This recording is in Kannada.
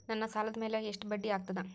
ನನ್ನ ಸಾಲದ್ ಮ್ಯಾಲೆ ಎಷ್ಟ ಬಡ್ಡಿ ಆಗ್ತದ?